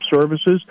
services